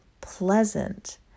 pleasant